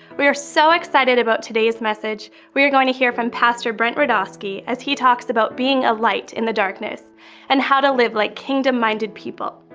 we are so excited about today's message. we're are going to hear from pastor brent rudoski as he talks about being a light in the darkness and how to live like kingdom minded people.